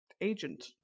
agent